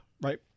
right